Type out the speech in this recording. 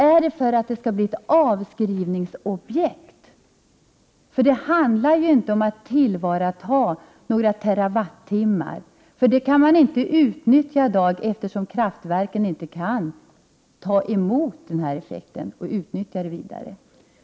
Är det för att det skall bli ett avskrivningsobjekt? Det handlar ju inte om att tillvarata några terrawattimmar, för dem kan man inte utnyttja i dag eftersom kraftverken inte kan ta emot den här effekten och utnyttja den vidare.